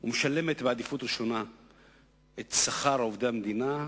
ומשלמת בעדיפות ראשונה את שכר עובדי המדינה,